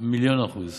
מיליון אחוז.